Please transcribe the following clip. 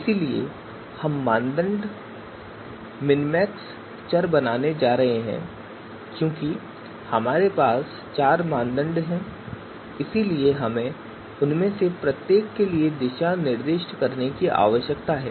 इसलिए हम मानदंड मिनमैक्स चर बनाने जा रहे हैं और चूंकि हमारे पास चार मानदंड हैं इसलिए हमें उनमें से प्रत्येक के लिए दिशा निर्दिष्ट करने की आवश्यकता है